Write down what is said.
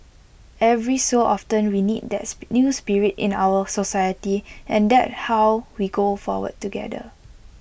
every so often we need that new spirit in our society and that how we go forward together